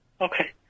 Okay